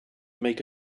make